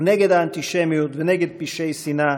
נגד האנטישמיות ונגד פשעי שנאה,